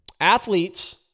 Athletes